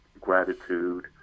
gratitude